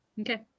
Okay